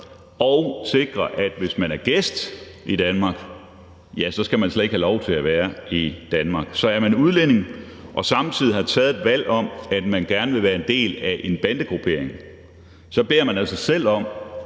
at sikre, at hvis man er gæst i Danmark, skal man slet ikke have lov til at være i Danmark. Så hvis man er udlænding og samtidig har taget et valg om, at man gerne vil være en del af en bandegruppering, så beder man altså selv om,